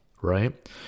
right